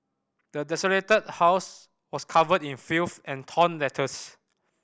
the desolated house was covered in filth and torn letters